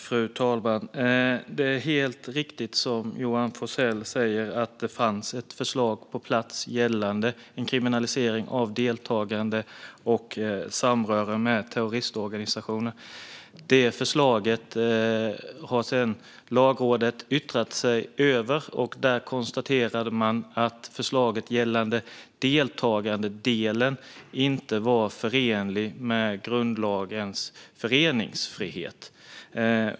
Fru talman! Det är helt riktigt, som Johan Forssell säger, att det fanns ett förslag på plats gällande en kriminalisering av deltagande i och samröre med terroristorganisationer. Detta förslag har Lagrådet sedan yttrat sig om, och man konstaterade att förslaget gällande deltagandedelen inte var förenligt med grundlagens föreningsfrihet.